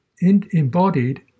embodied